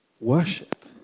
worship